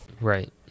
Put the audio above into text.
Right